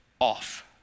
off